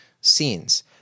scenes